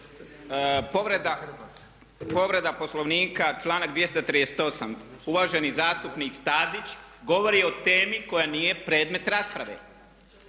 Povreda Poslovnika, članak 238. Uvaženi zastupnik Stazić govori o temi koja nije predmet rasprave.